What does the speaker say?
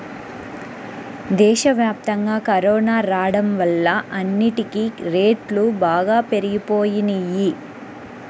దేశవ్యాప్తంగా కరోనా రాడం వల్ల అన్నిటికీ రేట్లు బాగా పెరిగిపోయినియ్యి